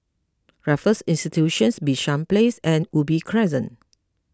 Raffles Institution Bishan Place and Ubi Crescent